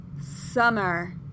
summer